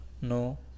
no